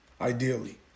ideally